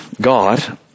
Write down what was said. God